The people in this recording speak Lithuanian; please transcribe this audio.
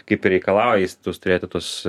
kaip ir reikalauja įstatus turėti tuos